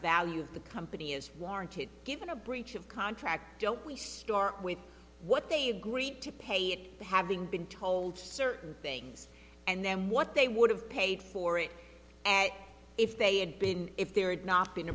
value of the company is warranted given a breach of contract don't we start with what they agreed to pay it having been told certain things and then what they would have paid for it and if they had been if there had not be